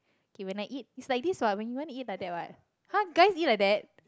okay when I eat it's like this what when you want to eat like that what !huh! guys eat like that